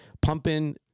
pumping